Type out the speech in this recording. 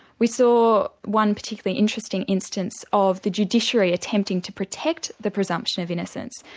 we saw one particularly interesting instance of the judiciary attempting to protect the presumption of innocence,